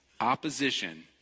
opposition